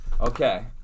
Okay